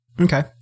Okay